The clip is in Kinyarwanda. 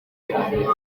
cyane